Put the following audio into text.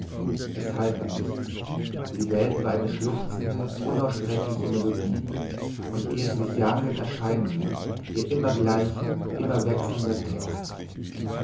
es half ihm nichts die welt war eine schluchzende unaussprechliche melodie und ihre sich jagenden erscheinungen ihr immer gleicher immer wechselnder text